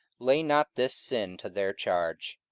lay not this sin to their charge.